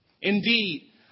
Indeed